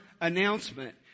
announcement